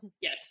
Yes